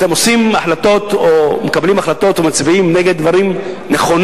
אתם מקבלים החלטות ומצביעים נגד דברים נכונים.